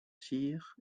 tir